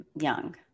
young